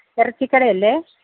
ഇറച്ചിക്കടയല്ലേ